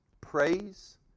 praise